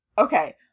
okay